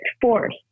force